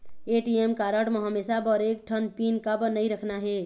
ATM card म हमेशा बर एक ठन पिन काबर नई रखना हे?